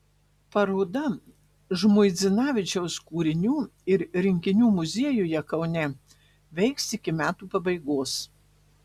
paroda žmuidzinavičiaus kūrinių ir rinkinių muziejuje kaune veiks iki metų pabaigos